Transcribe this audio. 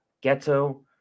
ghetto